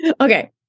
Okay